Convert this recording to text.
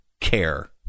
care